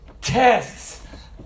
tests